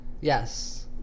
Yes